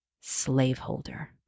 slaveholder